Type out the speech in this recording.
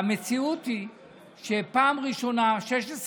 המציאות היא שפעם ראשונה ב-16 שנה,